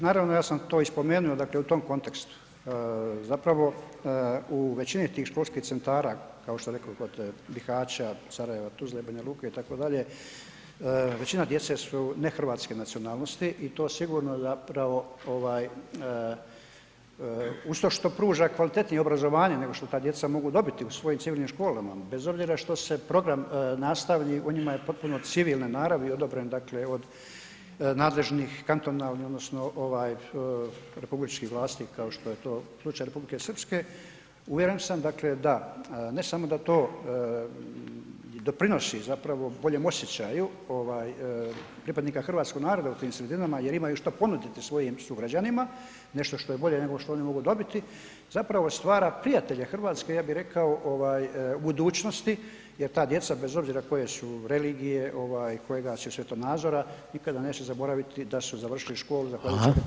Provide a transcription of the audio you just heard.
Naravno ja sam to i spomenuo dakle u tom kontekstu, zapravo u većini tih školskih centara kao što rekoh kod Bihaća, Sarajeva, Tuzle, Banja Luke itd., većina djece su nehrvatske nacionalnosti i to sigurno zapravo ovaj uz to što pruža kvalitetnije obrazovanje nego što ta djeca mogu dobiti u svojim civilnim školama bez obzira što se program nastavni u njima je potpuno civilne naravni odobren dakle od nadležnih kantonalni odnosno republičkih vlasti kao što je to slučaj Republike Srpske uvjeren samo dakle da ne samo da to i doprinosi zapravo boljem osjećaju pripadnika hrvatskog naroda u tim sredinama jer imaju što ponuditi svojim sugrađanima, nešto što je bolje nego što oni mogu dobiti zapravo stvara prijatelje hrvatske, ja bi rekao, budućnosti jer ta djeca bez obzira koje su religije, kojega su svjetonazora, nikada neće zaboraviti da su završili školu [[Upadica: Hvala]] zahvaljujući … [[Govornik se ne razumije]] hrvatskoj.